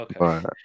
Okay